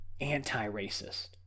anti-racist